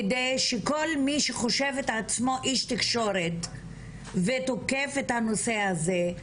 כדי שכל מי שחושב את עצמו איש תקשורת ותוקף את הנושא הזה,